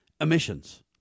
emissions